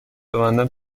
ببندم